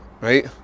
right